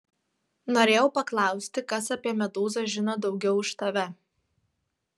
norėjau paklausti kas apie medūzą žino daugiau už tave